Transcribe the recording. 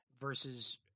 versus